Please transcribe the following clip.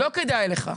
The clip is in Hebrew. לא כדאי לך.